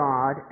God